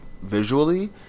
Visually